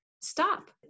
stop